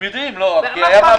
הם יודעים כי הייתה וועדה.